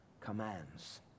commands